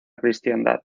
cristiandad